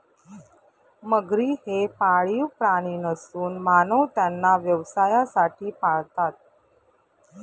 मगरी हे पाळीव प्राणी नसून मानव त्यांना व्यवसायासाठी पाळतात